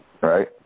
Right